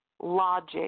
logic